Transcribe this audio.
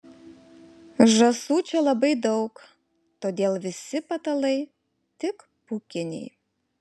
žąsų čia labai daug todėl visi patalai tik pūkiniai